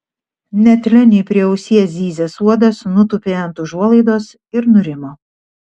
net leniui prie ausies zyzęs uodas nutūpė ant užuolaidos ir nurimo